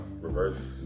Reverse